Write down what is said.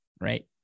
right